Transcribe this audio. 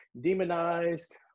demonized